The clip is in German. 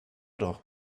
doch